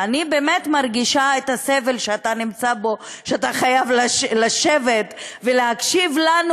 ואני באמת מרגישה את הסבל שאתה נמצא בו שאתה חייב לשבת ולהקשיב לנו